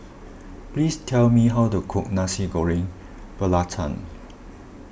please tell me how to cook Nasi Goreng Belacan